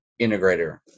integrator